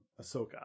Ahsoka